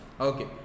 Okay